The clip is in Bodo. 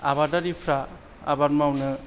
आबादारिफ्रा आबाद मावनो